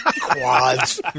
Quads